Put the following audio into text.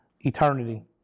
Eternity